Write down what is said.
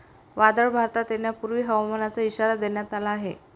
वादळ भारतात येण्यापूर्वी हवामानाचा इशारा देण्यात आला आहे